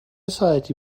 ساعتی